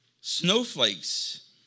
Snowflakes